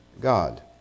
God